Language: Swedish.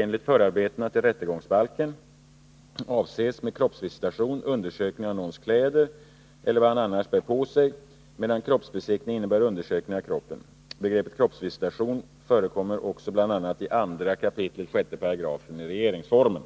Enligt förarbetena till rättegångsbalken avses med kroppsvisitation undersökning av någons kläder eller vad han annars bär på sig medan kroppsbesiktning innebär undersökning av kroppen. Begreppet kroppsvisitation förekommer också bl.a. i 2 kap. 6 § regeringsformen.